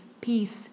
Peace